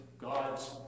God's